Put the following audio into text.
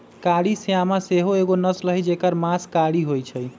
कारी श्यामा सेहो एगो नस्ल हई जेकर मास कारी होइ छइ